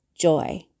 joy